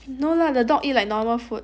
no lah the dog eat like normal food